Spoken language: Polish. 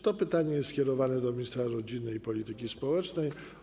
To pytanie jest skierowane do ministra rodziny i polityki społecznej.